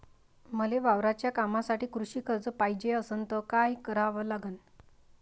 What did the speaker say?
मले वावराच्या कामासाठी कृषी कर्ज पायजे असनं त काय कराव लागन?